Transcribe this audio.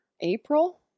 April